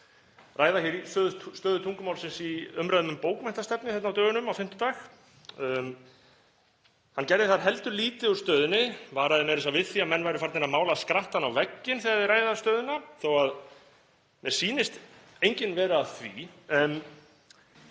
ræða stöðu tungumálsins í umræðum um bókmenntastefnu á dögunum, á fimmtudag. Hann gerði þar heldur lítið úr stöðunni, varaði meira að segja við því að menn væru farnir að mála skrattann á vegginn þegar þeir ræða stöðuna, þó að mér sýnist enginn vera að því.